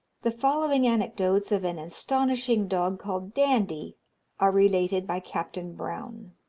the following anecdotes of an astonishing dog called dandie are related by captain brown